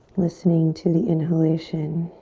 listening to the inhalation.